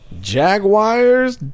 Jaguars